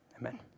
amen